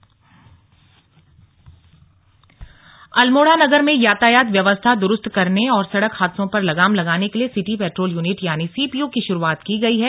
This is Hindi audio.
स्लग सीपीयू अल्मोड़ा अल्मोड़ा नगर में यातायात व्यवस्था द्रूस्त करने और सड़क हादसों पर लगाम लगाने के लिए सिटी पैट्रोल यूनिट यानि सी पी यू की शुरुआत की गई है